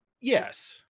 Yes